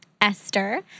Esther